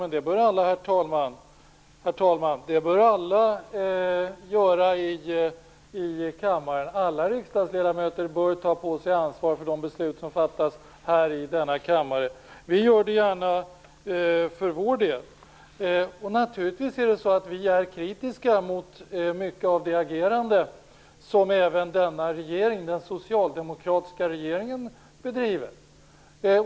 Men, herr talman, alla riksdagsledamöter i kammaren bör ta på sig ansvar för de beslut som fattas här i denna kammare. Vi gör det gärna för vår del. Naturligtvis är vi kritiska mot mycket av det agerande som även den socialdemokratiska regeringen bedriver.